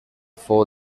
fou